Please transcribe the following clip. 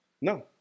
No